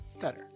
Better